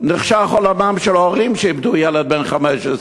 חשך עולמם של הורים שאיבדו ילד בן 15,